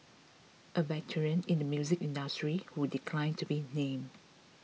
a veteran in the music industry who declined to be named